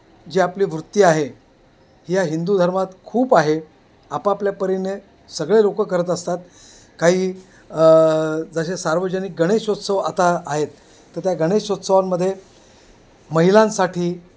जी आपली वृत्ती आहे ह्या हिंदू धर्मात खूप आहे आपापल्या परीने सगळे लोक करत असतात काही जशे सार्वजनिक गणेशोत्सव आता आहेत तर त्या गणेशोत्सवांमध्ये महिलांसाठी